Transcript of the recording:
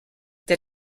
der